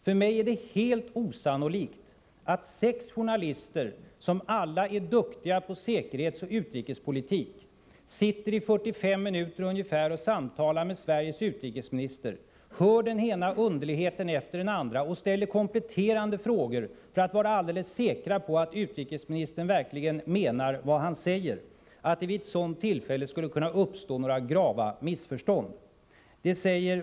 För mig är det helt osannolikt att det vid ett tillfälle där sex journalister, som alla är duktiga på säkerhetsoch utrikespolitik, sitter i ungefär 45 minuter och samtalar med Sveriges utrikesminister, hör den ena underligheten efter den andra och ställer kompletterande frågor för att vara alldeles säkra på att utrikesministern verkligen menar vad han säger, skulle kunna uppstå några grava missförstånd.